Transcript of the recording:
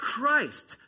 Christ